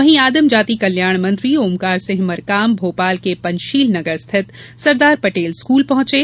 वहीं आदिम जाति कल्याण मंत्री ओंकार सिंह मरकाम ने भोपाल के पंचशील नगर स्थित सरदार पटेल स्कूल पहुंचे